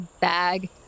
bag